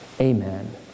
Amen